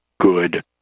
good